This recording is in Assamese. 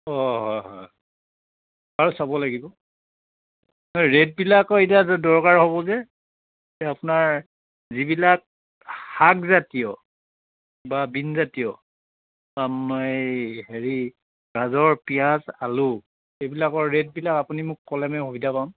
অঁ হয় হয় বাৰু চাব লাগিব ৰেটবিলাকৰ এতিয়া যে দৰকাৰ হ'ব যে এতিয়া আপোনাৰ যিবিলাক শাক জাতীয় বা বীন জাতীয় এই হেৰি গাজৰ পিঁয়াজ আলু এইবিলাকৰ ৰেটবিলাক আপুনি মোক ক'লে মানে সুবিধা পাম